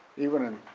even in,